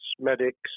medics